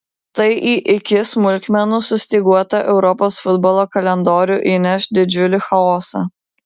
tai į iki smulkmenų sustyguotą europos futbolo kalendorių įneš didžiulį chaosą